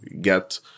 get